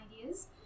ideas